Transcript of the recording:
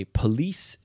police